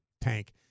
Tank